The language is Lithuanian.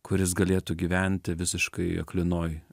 kuris galėtų gyventi visiškai aklinoj